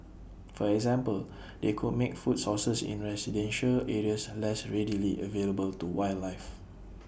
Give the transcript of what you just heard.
for example they could make food sources in residential areas unless readily available to wildlife